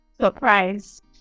surprise